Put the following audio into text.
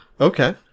Okay